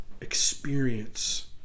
experience